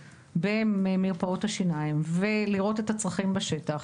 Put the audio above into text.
במרפאות השיניים ולראות את הצרכים בשטח,